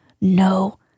No